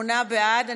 שמונה בעד.